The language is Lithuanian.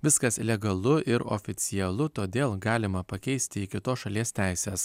viskas legalu ir oficialu todėl galima pakeisti į kitos šalies teises